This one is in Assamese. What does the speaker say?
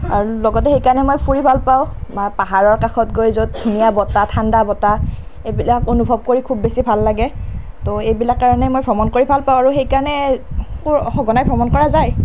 আৰু লগতে সেইকাৰণে মই ফুৰি ভাল পাওঁ পাহাৰৰ কাষত গৈ য'ত ধুনীয়া বতাহ ঠাণ্ডা বতাহ এইবিলাক অনুভৱ কৰি খুব বেছি ভাল লাগে তো এইবিলাক কাৰণে মই ভ্ৰমণ কৰি ভাল পাওঁ আৰু সেইকাৰণে মোৰ সঘনাই ভ্ৰমণ কৰা যায়